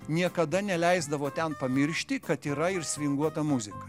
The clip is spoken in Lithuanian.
niekada neleisdavo ten pamiršti kad yra ir svinguota muzika